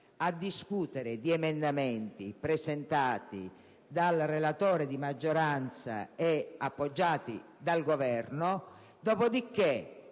a discutere di emendamenti presentati dal relatore di maggioranza e appoggiati dal Governo; dopodiché,